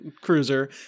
cruiser